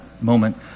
moment